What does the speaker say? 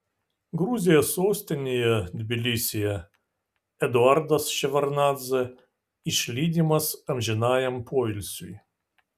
gruzijos sostinėje tbilisyje eduardas ševardnadzė išlydimas amžinajam poilsiui